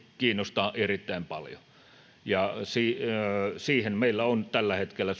kiinnostaa erittäin paljon ja siihen suomella on tällä hetkellä